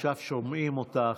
עכשיו שומעים אותך,